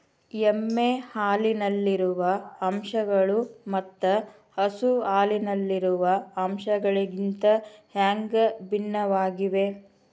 ಎಮ್ಮೆ ಹಾಲಿನಲ್ಲಿರುವ ಅಂಶಗಳು ಮತ್ತ ಹಸು ಹಾಲಿನಲ್ಲಿರುವ ಅಂಶಗಳಿಗಿಂತ ಹ್ಯಾಂಗ ಭಿನ್ನವಾಗಿವೆ?